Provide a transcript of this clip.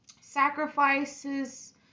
sacrifices